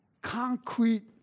concrete